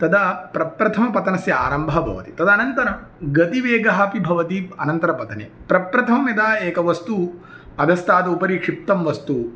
तदा प्रप्रथमपतनस्य आरम्भः भवति तदानन्तरं गतिवेगः अपि भवति अनन्तरपतने प्रप्रथमं यदा एकवस्तु आकाशामुपरि क्षिप्तं वस्तु